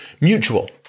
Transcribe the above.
mutual